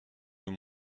nous